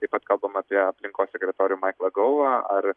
taip pat kalbama apie aplinkos sekretorių maiklą gauvą ar